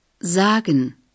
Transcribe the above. Sagen